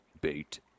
bait